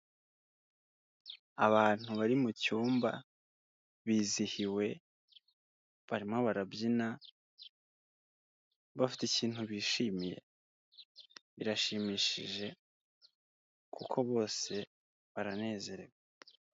Abantu bari mu cyumba, bizihiwe barimo barabyina bafite ikintu bishimiye, birashimishije kuko bose baranezerewe.